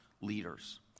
leaders